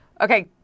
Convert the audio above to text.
okay